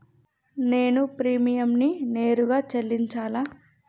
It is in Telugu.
నేను ప్రీమియంని నేరుగా చెల్లించాలా?